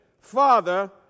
Father